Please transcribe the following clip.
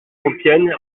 compiègne